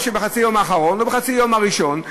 או חצי היום האחרון או חצי היום הראשון.